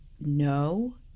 no